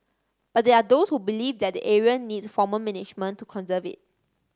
but there are those who believe that the area needs formal management to conserve it